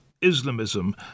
Islamism